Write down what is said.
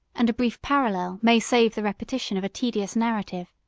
and a brief parallel may save the repetition of a tedious narrative.